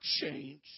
change